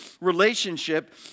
relationship